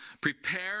prepare